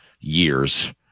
years